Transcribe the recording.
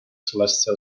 celestial